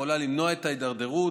יכולים למנוע את ההידרדרות,